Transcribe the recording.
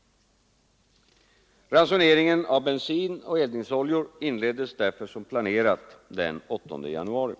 Ransoneringen av bensin och eldningsoljor inleddes 31 januari 1974 därför som planerat den 8 januari.